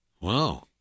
Wow